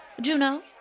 Juno